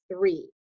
three